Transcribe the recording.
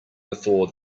before